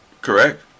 Correct